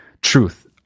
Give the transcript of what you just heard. truth